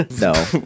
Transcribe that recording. no